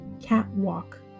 catwalk